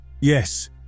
Yes